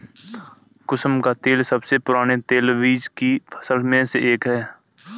कुसुम का तेल सबसे पुराने तेलबीज की फसल में से एक है